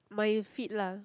my feet lah